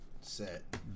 set